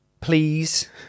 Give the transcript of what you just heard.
Please